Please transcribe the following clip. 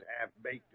half-baked